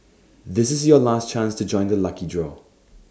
this is your last chance to join the lucky draw